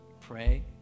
pray